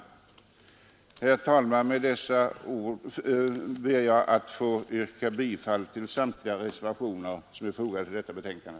Herr talman! Med dessa ord ber jag att få yrka bifall till samtliga reservationer som är fogade till detta betänkande.